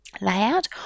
layout